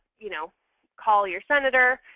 you know call your senator,